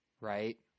Right